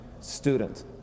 student